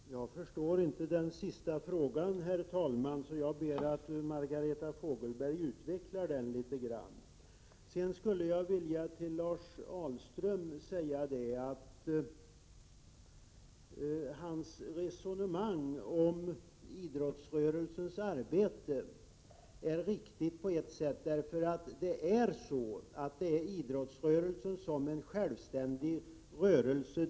Herr talman! Jag förstår inte den sista frågan. Jag ber därför Margareta Fogelberg att utveckla den litet grand. Sedan skulle jag vilja säga till Lars Ahlström att hans resonemang om idrottsrörelsens arbete är riktigt på ett sätt. Idrottsrörelsen är en självständig rörelse.